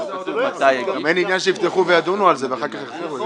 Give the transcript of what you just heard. גם אין עניין שיפתחו וידונו על זה ואחר כך יחזירו את זה,